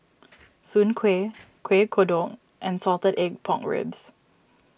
Soon Kuih Kuih Kodok and Salted Egg Pork Ribs